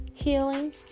Healing